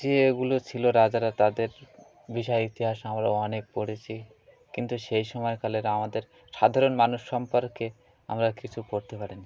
যে এগুলো ছিল রাজারা তাদের বিষয়ে ইতিহাস আমরা অনেক পড়েছি কিন্তু সেই সময়কালের আমাদের সাধারণ মানুষ সম্পর্কে আমরা কিছু পড়তে পারিনি